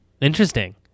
Interesting